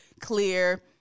clear